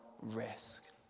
risk